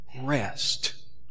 rest